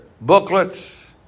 booklets